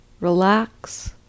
relax